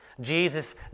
Jesus